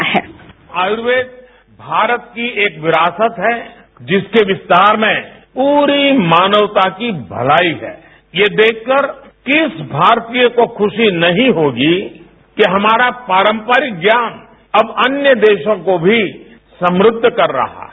bite प्रधानमंत्री आयुर्वेद भारत की एक विरासत है जिसके विस्तार में पूरी मानवता की भलाई है ये देखकर किस भारतीय को खुशी नहीं होगी कि हमारा पारम्परिक ज्ञान अब अन्य देशों को भी समृद्ध कर रहा है